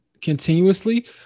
continuously